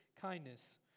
kindness